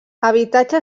habitatge